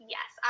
Yes